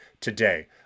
today